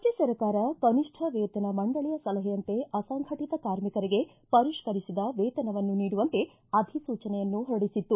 ರಾಜ್ಣ ಸರ್ಕಾರ ಕನಿಷ್ಣ ವೇತನ ಮಂಡಳಿಯ ಸಲಹೆಯಂತೆ ಅಸಂಘಟತ ಕಾರ್ಮಿಕರಿಗೆ ಪರಿಷ್ಠರಿಸಿದ ವೇತನವನ್ನು ನೀಡುವಂತೆ ಅಧಿಸೂಚನೆಯನ್ನು ಹೊರಡಿಸಿತ್ತು